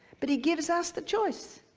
but he gives us the choice,